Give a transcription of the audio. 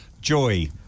Joy